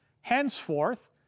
Henceforth